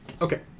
Okay